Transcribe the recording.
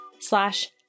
slash